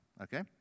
okay